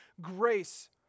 grace